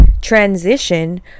transition